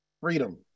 Freedom